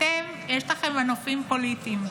אתם יש לכם מנופים פוליטיים,